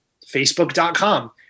Facebook.com